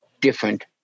different